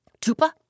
Tupa